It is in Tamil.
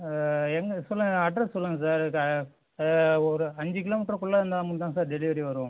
என்ன சொல்லுங்கள் அட்ரஸ் சொல்லுங்கள் சார் இது ஒரு அஞ்சு கிலோமீட்டருக்குள்ள இருந்தால் மட்டும் தான் சார் டெலிவரி வரும்